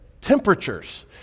temperatures